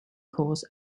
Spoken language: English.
cause